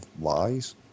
lies